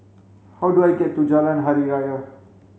how do I get to Jalan Hari Raya